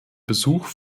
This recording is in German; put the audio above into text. besuch